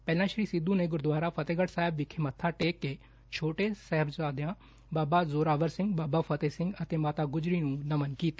ਪਹਿਲਾ ਸ੍ਰੀ ਸਿੱਧੂ ਨੇ ਗੁਰਦੁਆਰਾ ਫਤਹਿਗੜ ਸਾਹਿਬ ਵਿਖੇ ਮੱਬਾ ਟੇਕ ਕੇ ਛੋਟੇ ਸਾਹਿਬਜ਼ਾਦਿਆ ਬਾਬਾ ਜ਼ੋਰਾਵਰ ਸਿੰਘ ਬਾਬਾ ਫਤਹਿ ਸਿੰਘ ਅਤੇ ਮਾਤਾ ਗੁਜਰੀ ਨੂੰ ਨਮਨ ਕੀਂਤਾ